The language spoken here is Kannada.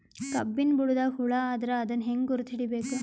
ಕಬ್ಬಿನ್ ಬುಡದಾಗ ಹುಳ ಆದರ ಅದನ್ ಹೆಂಗ್ ಗುರುತ ಹಿಡಿಬೇಕ?